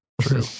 true